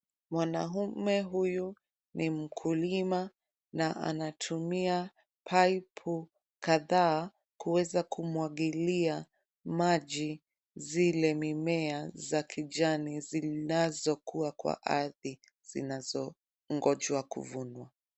Mwanaume huyu ni mkulima na anatumia (cs)pipe(cs)kadhaa kuweza kumwangilia maji zile mimea za kijani zinazokua kwa ardhi zinazongoja kuvunwa.